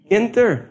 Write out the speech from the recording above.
enter